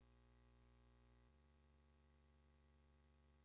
מאוד חשובה והיא תצביע גם על מה שנצטרך לעשות